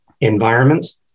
environments